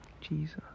Jesus